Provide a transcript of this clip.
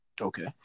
Okay